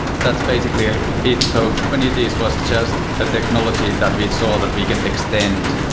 that's basically ah it. so kubernetes was just a technology that we saw that we can extend,